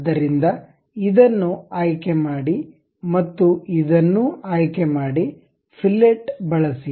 ಆದ್ದರಿಂದ ಇದನ್ನು ಆಯ್ಕೆಮಾಡಿ ಮತ್ತು ಇದನ್ನೂ ಆಯ್ಕೆಮಾಡಿ ಫಿಲೆಟ್ ಬಳಸಿ